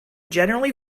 generally